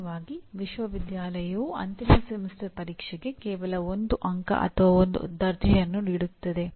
ಸಾಮಾನ್ಯವಾಗಿ ವಿಶ್ವವಿದ್ಯಾಲಯವು ಅಂತಿಮ ಸೆಮಿಸ್ಟರ್ ಪರೀಕ್ಷೆಗೆ ಕೇವಲ ಒಂದು ಅಂಕ ಅಥವಾ ಒಂದು ದರ್ಜೆಯನ್ನು ನೀಡುತ್ತದೆ